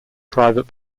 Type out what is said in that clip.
private